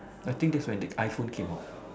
I think that's when the iPhone came out